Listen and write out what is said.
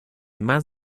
más